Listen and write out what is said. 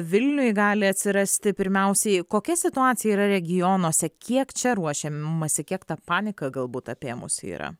vilniuj gali atsirasti pirmiausiai kokia situacija yra regionuose kiek čia ruošiamasi kiek ta panika galbūt apėmusi yra